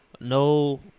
no